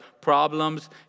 problems